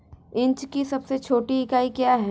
Inch की सबसे छोटी इकाई क्या है?